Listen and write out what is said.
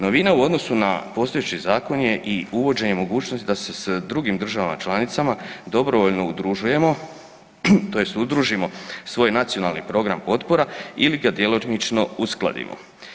Novina u odnosu na postojeći zakon je i uvođenje mogućnosti da se s drugim državama članica dobrovoljno udružujemo tj. udružimo svoj nacionalni program potpora ili ga djelomično uskladimo.